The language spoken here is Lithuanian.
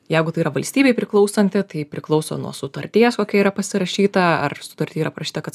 jeigu tai yra valstybei priklausanti tai priklauso nuo sutarties kokia yra pasirašyta ar sutarty yra parašyta kad